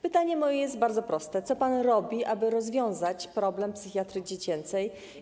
Pytanie moje jest bardzo proste: Co pan robi, aby rozwiązać problem psychiatrii dziecięcej?